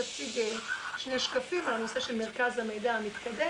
תציג שני שקפים על הנושא של מרכז המידע המתקדם.